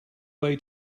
way